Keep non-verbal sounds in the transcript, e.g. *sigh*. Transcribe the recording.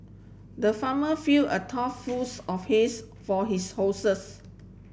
the farmer fill a *noise* tough fulls of *unintelligible* for his horses